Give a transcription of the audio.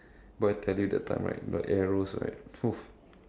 but I tell you that time right the arrows right !woo!